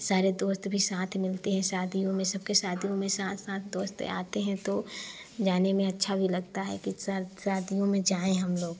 सारे दोस्त भी साथ मिलते हैं शादियों में सबके शादियों में साथ साथ दोस्त आते हैं तो जाने में अच्छा भी लगता है कि शादियों में जाएँ हम लोग